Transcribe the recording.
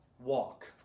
walk